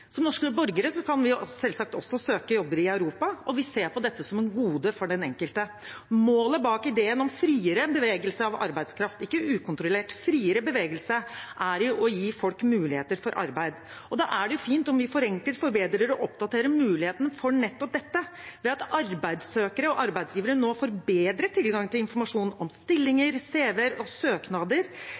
Som norske borgere kan vi også selvsagt søke jobber i Europa, og vi ser på dette som et gode for den enkelte. Målet bak ideen om friere bevegelse av arbeidskraft – ikke ukontrollert, friere bevegelse – er jo å gi folk muligheter for arbeid. Da er det fint om vi forenkler, forbedrer og oppdaterer muligheten for nettopp dette, ved at arbeidssøkere og arbeidsgivere nå får bedre tilgang til informasjon om stillinger, cv-er og søknader